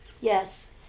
Yes